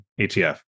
ETF